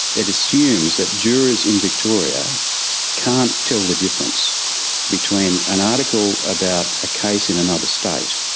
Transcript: it assumes that jurors in victoria can't tell the difference between an article about a case in another state,